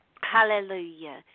Hallelujah